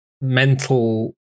mental